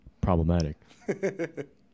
problematic